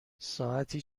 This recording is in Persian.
ساعتی